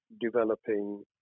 developing